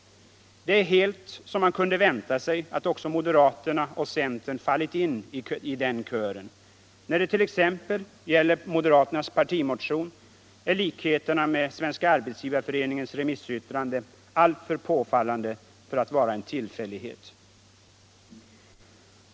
Det är även helt som man kunde vänta sig att också moderaterna och centern faller in i den kören. När det t.ex. gäller moderaternas partimotion är likheterna med Svenska arbetsgivareföreningens remissyttrande alltför påfallande för att vara en tillfällighet.